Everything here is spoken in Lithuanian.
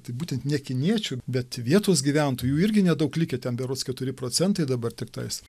tai būtent ne kiniečių bet vietos gyventojų jų irgi nedaug likę ten berods keturi procentai dabar tiktais